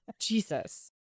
Jesus